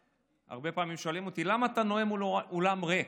הרבה פעמים שואלים אותי: למה אתה נואם מול אולם ריק?